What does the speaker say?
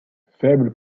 faible